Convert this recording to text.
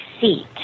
seat